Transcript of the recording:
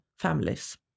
families